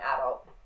adult